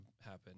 happen